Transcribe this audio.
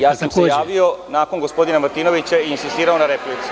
Ja sam se javio nakon gospodina Martinovića i insistirao na replici.